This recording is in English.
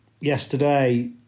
yesterday